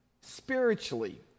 spiritually